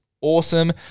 awesome